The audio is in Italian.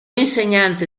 insegnante